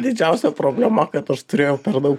didžiausia problema kad aš turėjau per daug